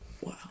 wow